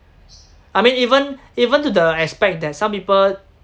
I mean even even to the aspect that some people